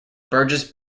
burgess